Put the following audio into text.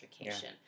education